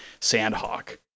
Sandhawk